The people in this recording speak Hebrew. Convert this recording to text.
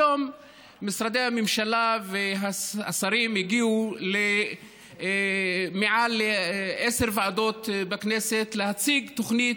היום משרדי הממשלה והשרים הגיעו למעל עשר ועדות בכנסת להציג תוכניות,